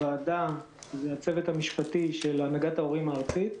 הוועדה והצוות המשפטי של הנהגת ההורים הארצית.